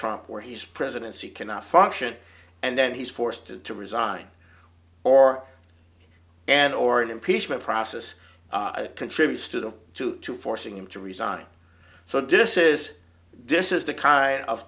trump where his presidency cannot function and then he's forced to resign or and or an impeachment process contributes to the two to forcing him to resign so this is this is the kind of